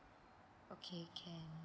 okay can